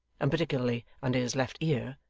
and particularly under his left ear,